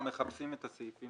אנחנו מחפשים את הסעיפים,